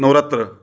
Navratra